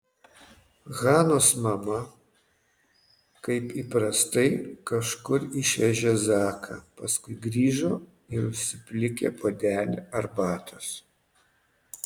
hanos mama kaip įprastai kažkur išvežė zaką paskui grįžo ir užsiplikė puodelį arbatos